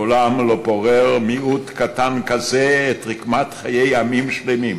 מעולם לא פורר מיעוט קטן כזה את רקמת חיי עמים שלמים